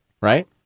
right